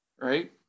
Right